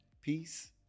peace